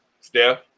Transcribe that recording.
Steph